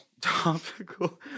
Topical